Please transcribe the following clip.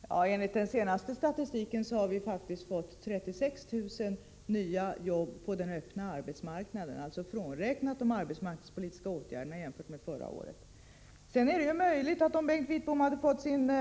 Herr talman! Enligt den senaste statistiken har vi faktiskt fått 36 000 nya jobb på den öppna arbetsmarknaden — de arbetsmarknadspolitiska åtgärderna är då frånräknade — jämfört med förra året. Om Bengt Wittbom hade fått sin